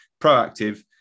proactive